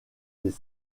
des